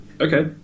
Okay